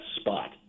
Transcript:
spot